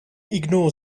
ignore